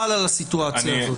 חל על הסיטואציה הזאת.